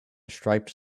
striped